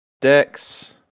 decks